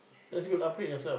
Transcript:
that's good upgrade yourself